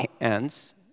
hands